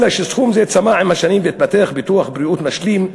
אלא שסכום זה צמח עם השנים והתפתח ביטוח בריאות משלים.